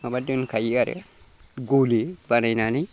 माबा दोंखायो आरो गलि बानायनानै